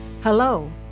Hello